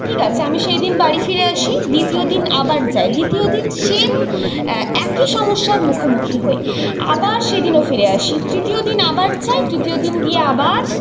ঠিক আছে আমি সেইদিন বাড়ি ফিরে আসি দ্বিতীয় দিন আবার যাই দ্বিতীয় দিন সেম একই সমস্যার মুখোমুখি হই আবার সেদিনও ফিরে আসি তৃতীয় দিন আবার যাই তৃতীয় দিন গিয়ে আবার